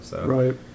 Right